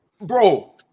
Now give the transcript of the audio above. bro